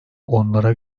onlara